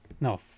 No